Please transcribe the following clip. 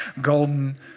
golden